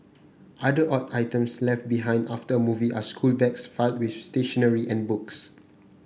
other odd items left behind after a movie are schoolbags filled with stationery and books